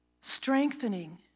strengthening